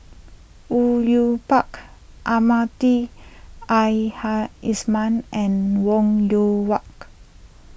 Au Yue Pak Almahdi Al Haj Isman and Wong Yoon walk